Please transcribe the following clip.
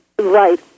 right